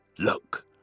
Look